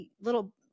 little